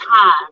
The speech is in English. time